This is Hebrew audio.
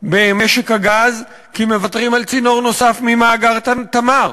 במשק הגז כי מוותרים על צינור נוסף ממאגר "תמר".